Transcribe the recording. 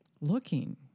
looking